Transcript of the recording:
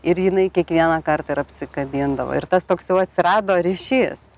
ir jinai kiekvieną kartą ir apsikabindavo ir tas toks jau atsirado ryšys